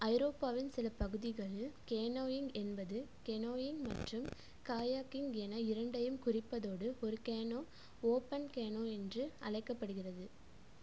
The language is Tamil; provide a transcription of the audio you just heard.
ஐரோப்பாவின் சில பகுதிகளில் கேனோவிங் என்பது கேனோவிங் மற்றும் காயாக்கிங் என இரண்டையும் குறிப்பதோடு ஒரு கேனோ ஓப்பன் கேனோ என்று அழைக்கப்படுகிறது